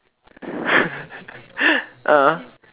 ah